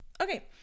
Okay